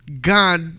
God